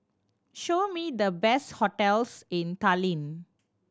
show me the best hotels in Tallinn